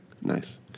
Nice